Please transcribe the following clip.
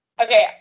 Okay